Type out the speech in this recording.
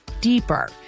deeper